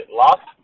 lost